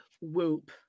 whoop